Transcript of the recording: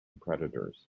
predators